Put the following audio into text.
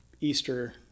Easter